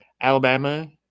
Alabama